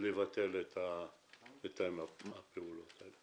לבטל את מתאם הפעולות האלה.